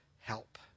help